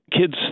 kids